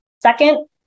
Second